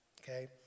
Okay